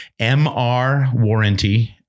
mrwarranty